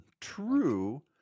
True